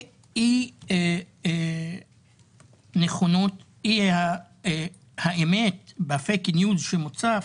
ואי נכונות בפייק ניוז שמוצף,